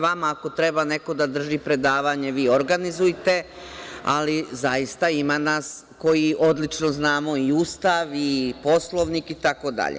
Vama ako treba neko da drži predavanje, vi organizujte, ali zaista ima nas koji odlično znamo i Ustav, i Poslovnik, itd.